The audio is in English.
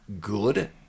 good